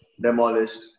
demolished